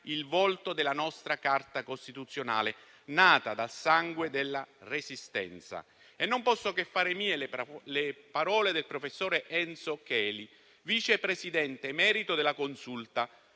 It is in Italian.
il volto della nostra Carta costituzionale nata dal sangue della Resistenza. Non posso che fare mie le parole del professore Enzo Cheli, Vice Presidente emerito della Consulta,